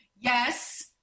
Yes